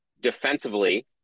defensively